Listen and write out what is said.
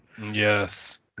Yes